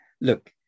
Look